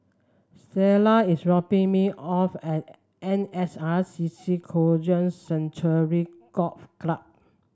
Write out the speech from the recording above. Stella is dropping me off at N S R C C Kranji Sanctuary Golf Club